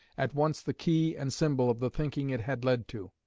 at once the key and symbol of the thinking it had led to.